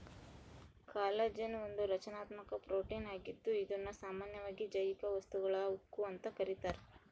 collagen ಒಂದು ರಚನಾತ್ಮಕ protein ಆಗಿದ್ದು ಇದುನ್ನ ಸಾಮಾನ್ಯವಾಗಿ ಜೈವಿಕ ವಸ್ತುಗಳ ಉಕ್ಕು ಅಂತ ಕರೀತಾರ